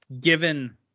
given